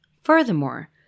Furthermore